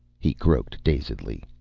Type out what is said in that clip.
he croaked dazedly.